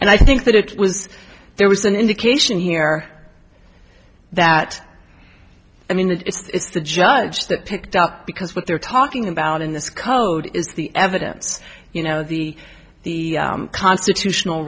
and i think that it was there was an indication here that i mean it's the judge that picked up because what they're talking about in this code is the evidence you know the the constitutional